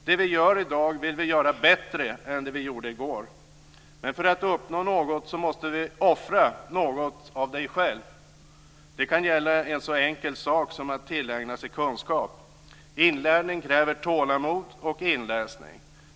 Det vi gör i dag vill vi göra bättre än det vi gjorde i går, men för att uppnå något måste du offra något av dig själv. Det kan gälla en så enkel sak som att tillägna sig kunskap. Inlärning kräver tålamod och inläsning.